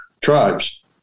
tribes